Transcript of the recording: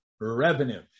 Revenue